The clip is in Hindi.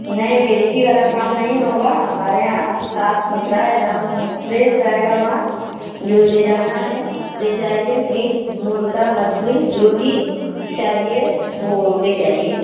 नहीं बेईज्जती वाला काम नहीं होगा हमारे यहाँ साफ सुथरा है एकदम फ्रेश रहेगा माल जो ले जाना है ले जांए मीट मुर्गा मछली जो भी चाहिए वो ले जाएं